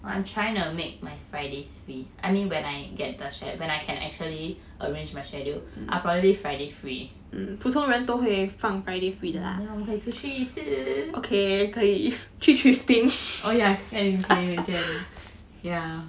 well I'm trying to make my fridays free I mean when I get the sched~ when I can actually arrange my schedule I probably friday free then 我们可以出去吃 oh yeah can can yeah